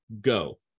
Go